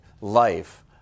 life